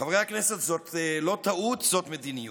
חברי הכנסת, זאת לא טעות, זאת מדיניות.